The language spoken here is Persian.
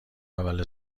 اول